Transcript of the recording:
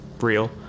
real